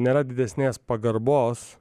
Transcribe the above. nėra didesnės pagarbos